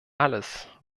alles